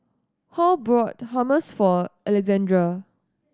Hall bought Hummus for Alexandra